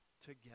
together